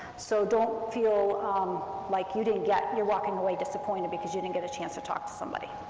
so don't feel like you didn't get, you're walking away disappointed because you didn't get a chance to talk to somebody.